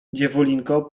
dziewulinko